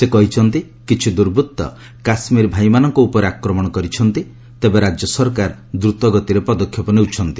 ସେ କହିଛନ୍ତି କିଛି ଦୁର୍ବୂର୍ତ କାଶ୍ମୀର ଭାଇମାନଙ୍କ ଉପରେ ଆକ୍ରମଣ କରିଛନ୍ତି ତେବେ ରାଜ୍ୟ ସରକାର ଦ୍ରୁତଗତିରେ ପଦକ୍ଷେପ ନେଇଛନ୍ତି